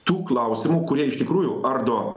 tų klausimų kurie iš tikrųjų ardo